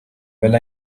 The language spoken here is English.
well